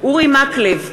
אורי מקלב,